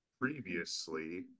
previously